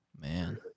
Man